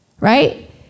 right